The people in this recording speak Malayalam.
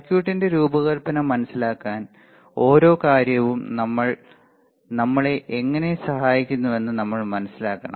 സർക്യൂട്ടിന്റെ രൂപകൽപ്പന മനസിലാക്കാൻ ഓരോ കാര്യവും നമ്മളെ എങ്ങനെ സഹായിക്കുന്നുവെന്ന് നമ്മൾ മനസ്സിലാക്കണം